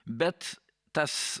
bet tas